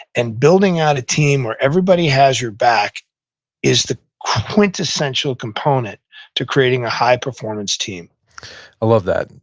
and building out a team where everybody has your back is the quintessential component to creating a high-performance team i love that.